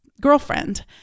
girlfriend